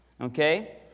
okay